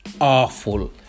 awful